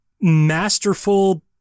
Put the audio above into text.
masterful